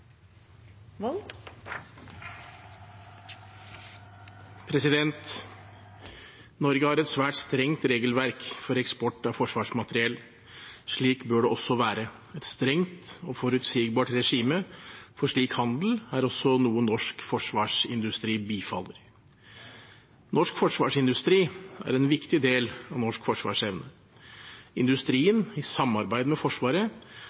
Norge har et svært strengt regelverk for eksport av forsvarsmateriell. Slik bør det også være, et strengt og forutsigbart regime for slik handel er også noe norsk forsvarsindustri bifaller. Norsk forsvarsindustri er en viktig del av norsk forsvarsevne. Industrien, i samarbeid med Forsvaret,